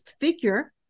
figure